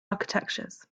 architectures